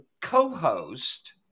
co-host